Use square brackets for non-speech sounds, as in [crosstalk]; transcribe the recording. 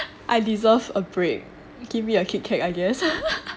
I deserve a break give me a Kit Kat I guess [laughs]